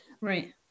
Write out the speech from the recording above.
Right